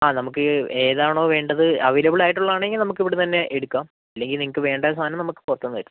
ആ നമുക്ക് ഏതാണോ വേണ്ടത് അവൈലബിൾ ആയിട്ടുള്ളതാണെങ്കിൽ നമുക്ക് ഇവിടുന്ന് തന്നെ എടുക്കാം അല്ലെങ്കിൽ നിങ്ങൾക്ക് വേണ്ട സാധനം നമുക്ക് പുറത്തുനിന്ന് വരുത്താം